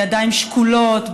בידיים שקולות,